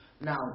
now